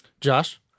Josh